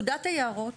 פקודת היערות